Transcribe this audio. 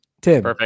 Tim